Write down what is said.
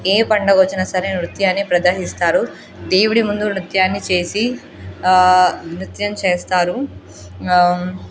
ఏ పండుగ వచ్చినా సరే నృత్యాన్ని ప్రదర్శిస్తారు దేవుడి ముందు నృత్యాన్ని చేసి నృత్యం చేస్తారు